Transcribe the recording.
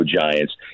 Giants